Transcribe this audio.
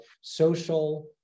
social